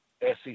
SEC